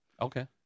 Okay